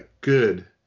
good